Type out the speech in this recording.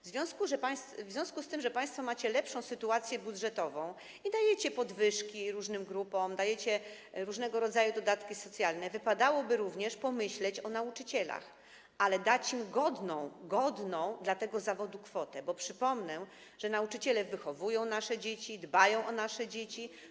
W związku z tym, że państwo macie lepszą sytuację budżetową i dajecie podwyżki różnym grupom, dajecie różnego rodzaju dodatki socjalne, wypadałoby pomyśleć również o nauczycielach, ale dać im godną dla tego zawodu kwotę, bo przypomnę, że nauczyciele wychowują nasze dzieci, dbają o nasze dzieci.